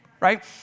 right